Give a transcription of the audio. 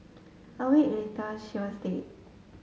a week later she was dead